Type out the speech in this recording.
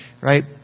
right